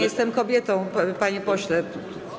Jestem kobietą, panie pośle.